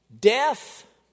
Death